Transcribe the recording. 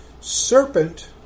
serpent